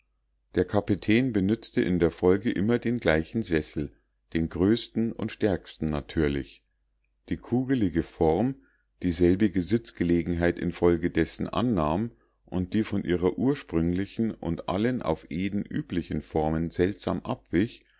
der kapitän benützte in der folge immer den gleichen sessel den größten und stärksten natürlich die kugelige form die selbige sitzgelegenheit infolgedessen annahm und die von ihrer ursprünglichen und allen auf eden üblichen formen seltsam abwich